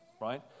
right